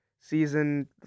season